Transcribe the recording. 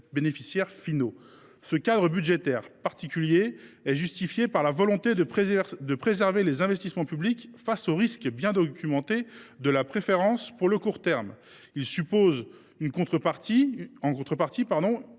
bénéficiaires finaux. Ce cadre budgétaire particulier se justifie par la volonté de préserver les investissements publics face au risque, bien documenté, de préférence pour le court terme. En revanche, il suppose une